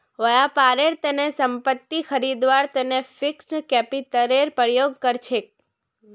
व्यापारेर तने संपत्ति खरीदवार तने फिक्स्ड कैपितलेर प्रयोग कर छेक